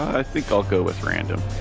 i think i'll go with random